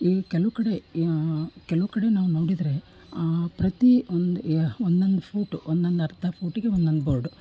ಈ ಕೆಲವು ಕಡೆ ಕೆಲವು ಕಡೆ ನಾವು ನೋಡಿದರೆ ಪ್ರತಿ ಒಂದು ಒಂದೊಂದು ಫೋಟೋ ಒಂದೊಂದು ಅರ್ಧ ಫೂಟಿಗೆ ಒಂದೊಂದು ಬೋರ್ಡು